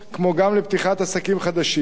כמו גם לפתיחת עסקים חדשים.